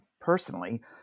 personally